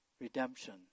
redemption